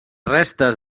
restes